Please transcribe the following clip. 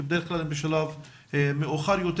שבדרך כלל הן בשלב מאוחר יותר,